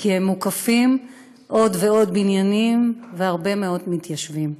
כי הם מוקפים עוד ועוד בניינים והרבה מאוד מתיישבים.